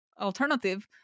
alternative